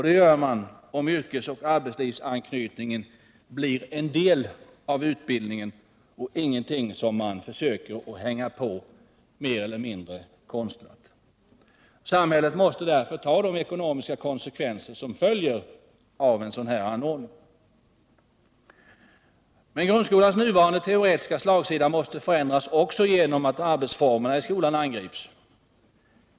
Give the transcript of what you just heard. Det gör man om yrkesoch arbetslivsanknytningen blir en del av utbildningen och ingenting som man försöker hänga på utbildningen på ett mer eller mindre konstlat sätt. Samhället måste därför ta de ekonomiska konsekvenser som följer av en sådan anordning. Men grundskolans nuvarande teoretiska slagsida måste förändras också genom att arbetsformerna i skolan angrips.